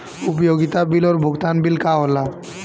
उपयोगिता बिल और भुगतान बिल का होला?